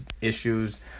issues